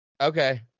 Okay